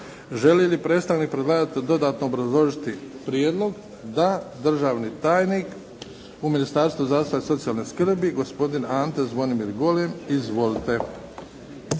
Želi li predstavnik predlagatelja dodatno obrazložiti prijedlog? Da. Državni tajnik u Ministarstvu zdravstva i socijalne skrbi. Gospodin Ante Zvonimir Golem. Izvolite.